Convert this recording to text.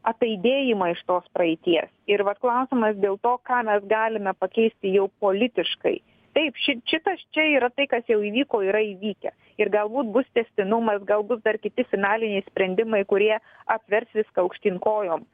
ataidėjimą iš tos praeities ir vat klausimas dėl to ką mes galime pakeisti jau politiškai taip ši šitas čia yra tai kas jau įvyko yra įvykę ir galbūt bus tęstinumas galbūt dar kiti finaliniai sprendimai kurie apvers viską aukštyn kojom